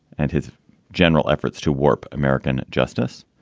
and his general efforts to warp american justice,